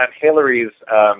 Hillary's